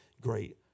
great